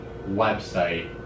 website